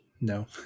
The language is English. No